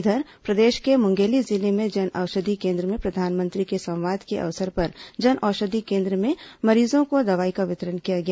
इधर प्रदेश के मुंगेली जिले में जनऔषधि केन्द्र में प्रधानमंत्री के संवाद के अवसर पर जनऔषधि केन्द्र में मरीजों को दवाई का वितरण किया गया